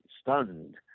stunned